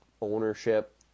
ownership